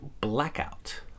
Blackout